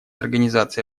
организации